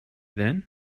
then